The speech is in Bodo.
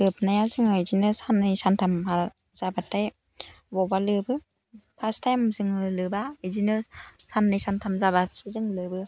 जोबनायाव जोङो बिदिनो सान्नै सान्थामहा जाबाथाय बबेबा लोबो फार्स्ट टाइम जोङो लोबा बिदिनो सान्नै सान्थाम जाबासो जों लोबो